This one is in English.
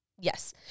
Yes